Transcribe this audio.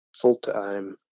full-time